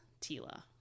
Tila